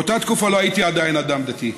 באותה תקופה לא הייתי עדיין אדם דתי,